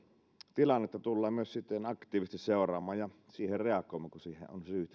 tilannetta tullaan myös aktiivisesti seuraamaan ja siihen reagoimaan kun siihen